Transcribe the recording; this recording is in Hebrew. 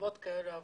מסיבות כאלה ואחרות.